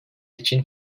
için